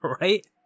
Right